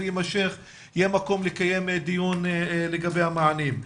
יימשך יהיה מקום לקיים דיון לגבי המענים.